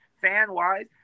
fan-wise